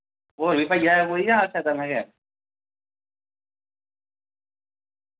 और बी भाइया ऐ कोई यां अस दमैं गै